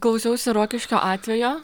klausiausi rokiškio atvejo